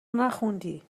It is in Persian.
نخوندی